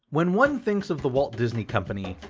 when one thinks of the walt disney company,